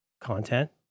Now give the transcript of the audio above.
content